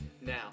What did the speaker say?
Now